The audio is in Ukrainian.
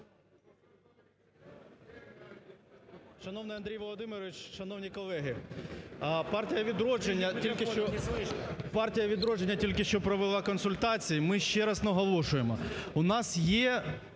Шановний Андрій Володимирович, шановні колеги, партія "Відродження" тільки що провела консультації. Ми ще раз наголошуємо: